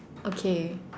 okay